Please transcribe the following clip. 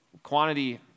Quantity